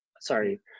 Sorry